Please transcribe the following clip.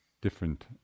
different